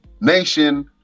Nation